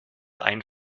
ein